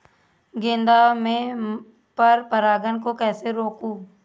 गेंदा में पर परागन को कैसे रोकुं?